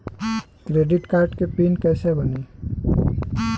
Credit card के PIN कैसे बनी?